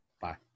Bye